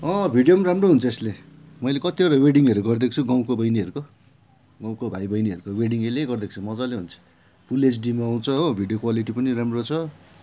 video राम्रो हुन्छ यसले मैले कतिवटा वेडिङहरू गरेको छु गाउँको बहिनीहरूको गाउँको भाइ बहिनीहरूको वेडिङ यसले गरिदिएको छु मजाले हुन्छ फुल एचडिमा आउँछ हो भिडियो क्वालिटी पनि राम्रो छ